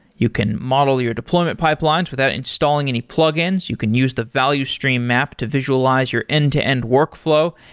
you can model your deployment pipelines without installing any plugins. you can use the value stream map to visualize your end-to-end workflow.